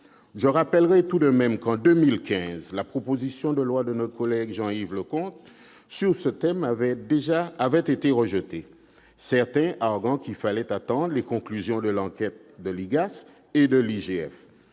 Je rappellerai tout de même que, en 2015, la proposition de loi de notre collègue Jean-Yves Leconte sur ce thème avait été rejetée, certains arguant qu'il fallait attendre les conclusions de l'enquête de l'Inspection